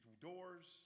doors